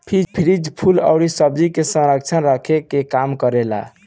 fridge फल अउरी सब्जी के संरक्षित रखे के काम करेला